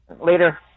later